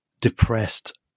depressed